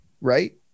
right